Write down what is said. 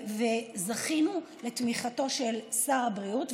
זכינו לתמיכתו של שר הבריאות,